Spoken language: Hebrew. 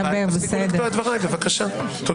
תפסיקו לקטוע את דבריי, תודה.